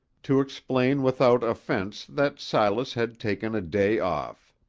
to explain without offence that silas had taken a day off.